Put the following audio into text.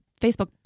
Facebook